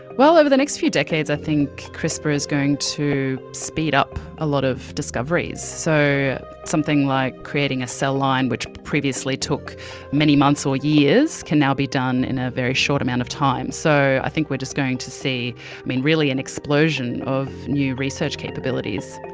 well, over the next few decades i think crispr is going to speed up a lot of discoveries. so something like creating a cell line which previously took many months or years can now be done in a very short amount of time. so i think we are just going to see really an explosion of new research capabilities.